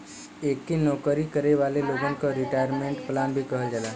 एके नौकरी करे वाले लोगन क रिटायरमेंट प्लान भी कहल जाला